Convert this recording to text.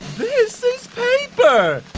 this is paper!